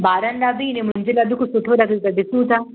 ॿारनि जा बि आहिनि मुंहिंजे लाइ बि कुझु सुठो लॻे त ॾिसूं था